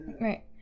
Right